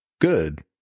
Good